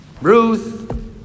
Ruth